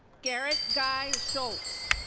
garret guy shults.